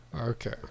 Okay